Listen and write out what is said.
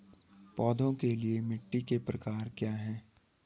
पौधों के लिए मिट्टी के प्रकार क्या हैं?